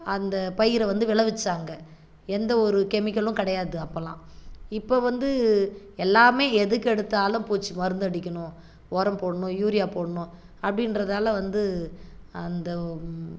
அந்த பயிரை வந்து விளைவிச்சாங்க எந்த ஒரு கெமிக்கலும் கிடையாது அப்போலாம் இப்போ வந்து எல்லாமே எதற்கெடுத்தாலும் பூச்சி மருந்து அடிக்கணும் உரம் போடணும் யூரியா போடணும் அப்படின்றதால வந்து அந்த